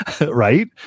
right